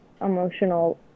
emotional